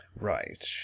Right